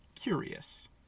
curious